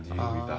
oh